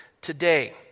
today